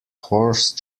horse